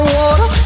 water